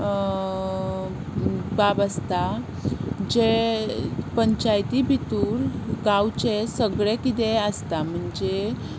बाब आसता जे पंचायती भितूर गांवचे सगळे कितें आसता म्हणजे